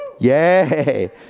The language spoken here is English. Yay